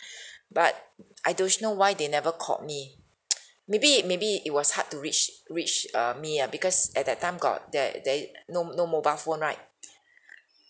but I don't know why they never called me maybe maybe it was hard to reach reach err me ah because at that time got there there i~ no no mobile phone right